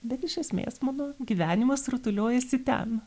bet iš esmės mano gyvenimas rutuliojasi ten